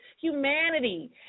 humanity